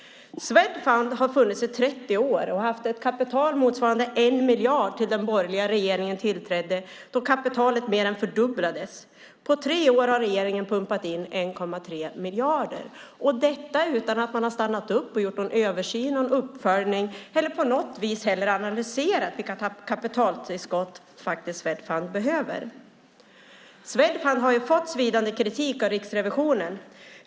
Swedfund har funnits i 30 år och haft ett kapital motsvarande 1 miljard till dess att den borgerliga regeringen tillträdde då kapitalet mer än fördubblades. På tre år har regeringen pumpat in 1,3 miljarder. Detta har man gjort utan att man stannat upp, gjort en översyn eller en uppföljning eller på något vis analyserat vilka kapitaltillskott Swedfund behöver. Swedfund har fått svidande kritik av Riksrevisionen.